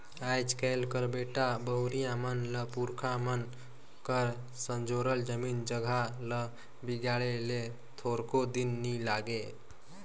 आएज काएल कर बेटा बहुरिया मन ल पुरखा मन कर संजोरल जमीन जगहा ल बिगाड़े ले थोरको दिन नी लागे